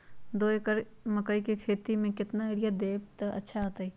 दो एकड़ मकई के खेती म केतना यूरिया देब त अच्छा होतई?